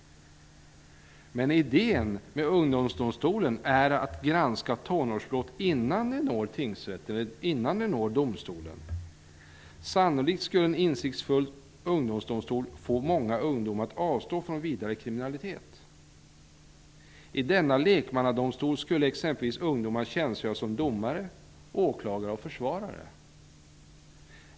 Men idén med ungdomsdomstolen är att granska tonårsbrott innan de når tingsrätten. En insiktsfull ungdomsdomstol skulle sannolikt få många ungdomar att avstå från vidare kriminalitet. I denna lekmannadomstol skulle exempelvis ungdomar tjänstgöra som domare, åklagare och försvarare.